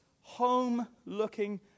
home-looking